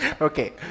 Okay